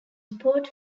sport